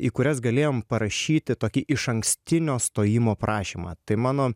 į kurias galėjom parašyti tokį išankstinio stojimo prašymą tai mano